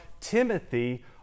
Timothy